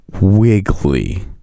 wiggly